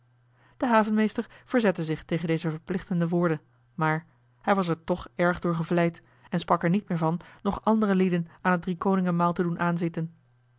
de havenmeester verzette zich tegen deze verplichtende woorden maar hij was er toch erg door gevleid en sprak er niet meer van nog andere lieden aan het driekoningen maal te doen aanzitten